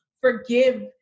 forgive